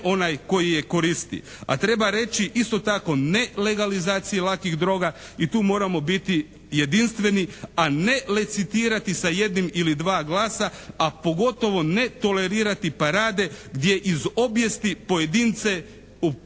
A treba reći isto tako ne legalizaciji lakih droga i tu moramo biti jedinstveni, a ne licitirati sa jednim ili dva glasa a pogotovo ne tolerirati parade gdje iz obijesti pojedince u kamere